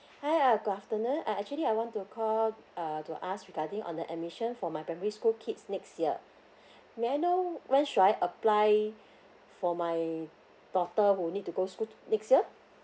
hi uh good afternoon uh actually I want to call uh to ask regarding on the admission for my primary school kids next year may I know when should I apply for my daughter who need to go school next year